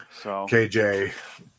KJ